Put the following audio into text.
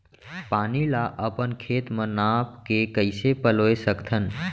पानी ला अपन खेत म नाप के कइसे पलोय सकथन?